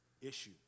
issue